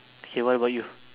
okay what about you